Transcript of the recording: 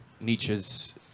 Nietzsche's